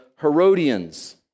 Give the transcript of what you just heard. Herodians